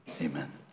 Amen